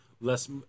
less